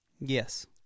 yes